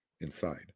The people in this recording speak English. inside